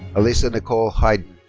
alyssa nicole heiden.